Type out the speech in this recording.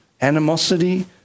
animosity